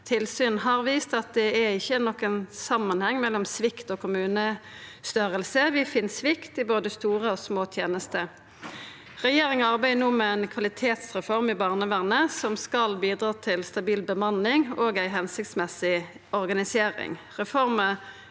Tilsyn har vist at det ikkje er nokon samanheng mellom svikt og kommunestørrelse. Vi finn svikt i både store og små tenester. Regjeringa arbeider no med ei kvalitetsreform i barnevernet, som skal bidra til stabil bemanning og ei hensiktsmessig organisering.